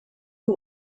who